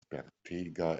spertega